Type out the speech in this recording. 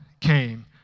came